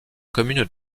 commune